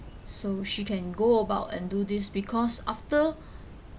so she can go about and do this because after